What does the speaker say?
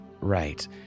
right